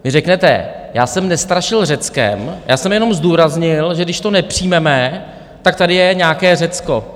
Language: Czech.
Vy řeknete, já jsem nestrašil Řeckem, já jsem jenom zdůraznil, že když to nepřijmeme, tak tady je nějaké Řecko.